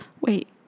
Wait